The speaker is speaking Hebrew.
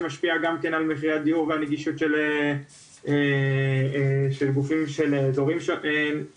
שמשפיע גם כן על מחירי הדיור ועל הנגישות של גופים ושל אזורים שונים.